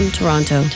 Toronto